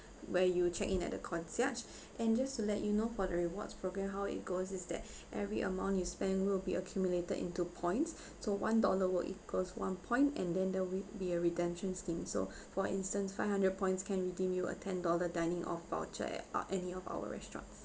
where you check in at the concierge and just to let you know for the rewards program how it goes is that every amount you spent will be accumulated into points so one dollar will equals one point and then there will be a redemption scheme so for instance five hundred points can redeem you a ten dollar dining off voucher at uh any of our restaurants